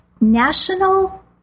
National